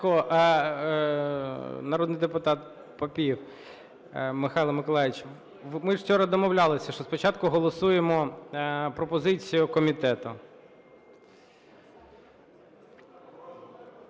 народний депутат Папієв Михайло Миколайович. Ми ж вчора домовлялися, що спочатку голосуємо пропозицію комітету.